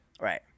Right